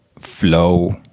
flow